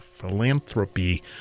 philanthropy